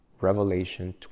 revelation